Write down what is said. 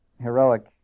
heroic